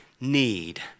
need